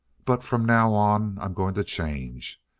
but from now on i'm going to change.